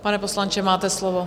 Pane poslanče, máte slovo.